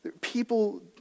people